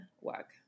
work